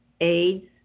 AIDS